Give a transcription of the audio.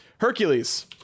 hercules